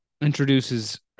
introduces